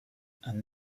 and